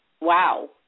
wow